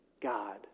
God